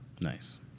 Nice